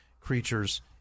creatures—